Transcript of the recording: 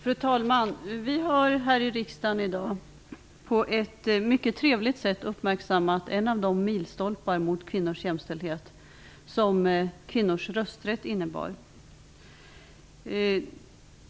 Fru talman! Vi har här i riksdagen i dag på ett mycket trevligt sätt uppmärksammat en av de milstolpar på vägen mot kvinnors jämställdhet som kvinnors rösträtt innebar.